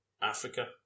Africa